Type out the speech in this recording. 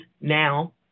now